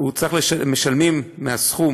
משלמים מהסכום